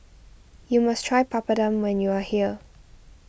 you must try Papadum when you are here